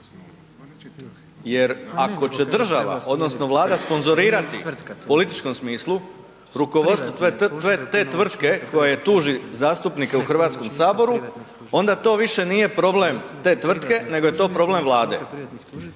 Jer ako će država odnosno Vlada sponzorirati u političkom smislu rukovodstvo te tvrtke koja tuži zastupnike u Hrvatskom saboru onda to više nije problem te tvrtke nego je to problem Vlade.